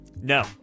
No